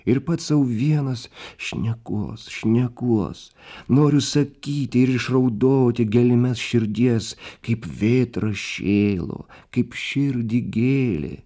ir pats sau vienas šnekuos šnekuos noriu sakyti ir išraudoti gelmes širdies kaip vėtra šėlo kaip širdį gėlė